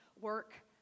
work